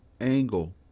angle